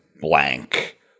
blank